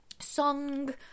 song